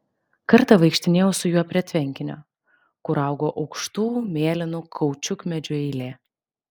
kartą vaikštinėjau su juo prie tvenkinio kur augo aukštų mėlynų kaučiukmedžių eilė